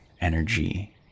energy